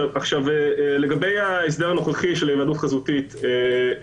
לגבי ההסדר הנוכחי של היוועדות חזותית,